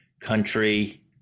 country